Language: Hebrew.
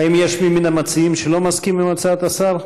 האם יש מי מן המציעים שלא מסכים להצעת השר?